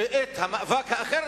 ואת המאבק האחר,